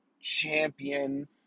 champion